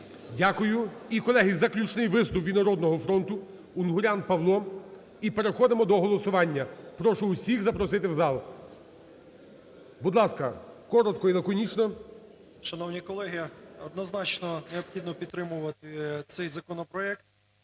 Дякую. І, колеги, заключний виступ від "Народного фронту" Унгурян Павло, і переходимо до голосування. Прошу всіх запросити в зал. Будь ласка, коротко і лаконічно. 18:02:25 УНГУРЯН П.Я. Шановні колеги! Однозначно необхідно підтримувати цей законопроект